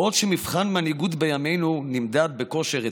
בעוד שמבחן מנהיגות בימינו נמדד בכושר רטורי,